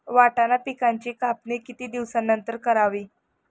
वाटाणा पिकांची कापणी किती दिवसानंतर करावी?